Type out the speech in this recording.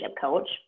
coach